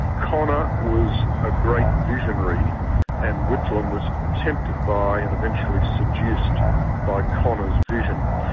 connor was a great visionary and whitlam was tempted by and eventually seduced by connor's vision.